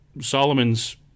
Solomon's